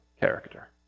character